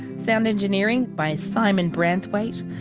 sound engineering by simon branthwaite.